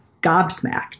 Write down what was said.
gobsmacked